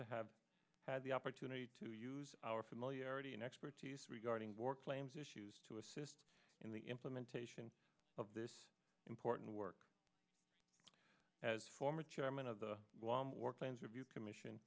to have had the opportunity to use our familiarity and expertise regarding war claims issues to assist in the implementation of this important work as former chairman of the workplace review commission